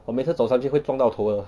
我每次走上去会撞到头的